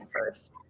first